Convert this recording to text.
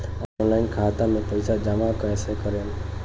Online खाता मे पईसा जमा कइसे करेम?